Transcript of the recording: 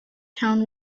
town